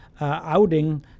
Outing